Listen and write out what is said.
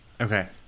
Okay